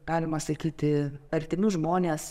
galima sakyti artimi žmonės